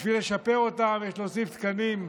בשביל לשפר אותם יש להוסיף תקנים,